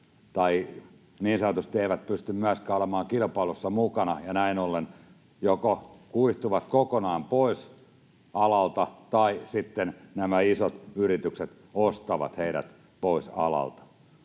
vastaamaan tai eivät pysty myöskään olemaan kilpailussa mukana ja näin ollen joko kuihtuvat kokonaan pois alalta tai sitten nämä isot yritykset ostavat heidät pois alalta.